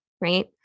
right